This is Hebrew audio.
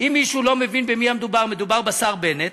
אם מישהו לא מבין במי מדובר, מדובר בשר בנט,